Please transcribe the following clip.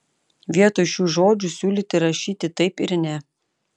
vietoj šių žodžių siūlyti rašyti taip ir ne